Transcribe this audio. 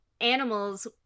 animals